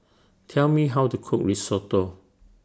Tell Me How to Cook Risotto